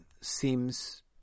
seems